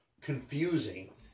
confusing